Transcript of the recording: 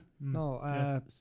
No